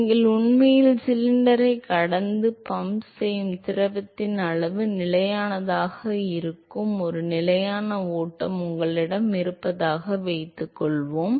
நீங்கள் உண்மையில் சிலிண்டரைக் கடந்து பம்ப் செய்யும் திரவத்தின் அளவு நிலையானதாக இருக்கும் ஒரு நிலையான ஓட்டம் உங்களிடம் இருப்பதாக வைத்துக்கொள்வோம்